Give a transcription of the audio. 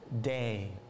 day